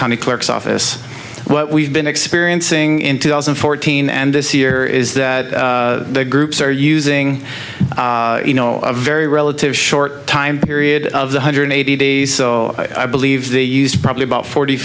county clerk's office what we've been experiencing in two thousand and fourteen and this year is that the groups are using you know a very relative short time period of one hundred eighty days so i believe they used probably about forty